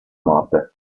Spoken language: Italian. morte